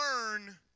learn